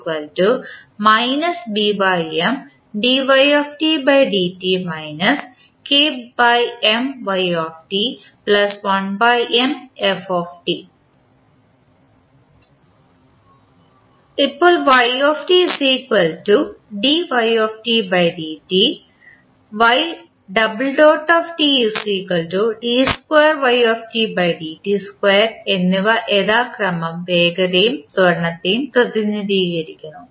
നമുക്ക് എഴുതാം ഇപ്പോൾ എന്നിവ യഥാക്രമം വേഗതയെയും ത്വരണത്തെയും പ്രതിനിധീകരിക്കുന്നു